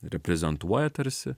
reprezentuoja tarsi